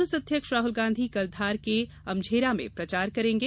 कांग्रेस अध्यक्ष राहल गांधी कल धार के अमझेरा में प्रचार करेंगे